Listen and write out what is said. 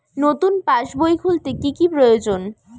নতুন পাশবই খুলতে কি কি প্রয়োজন?